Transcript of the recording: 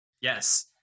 Yes